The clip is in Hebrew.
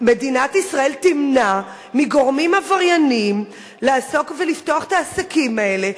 מדינת ישראל תמנע מגורמים עברייניים לעסוק ולפתוח את העסקים האלה,